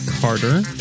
Carter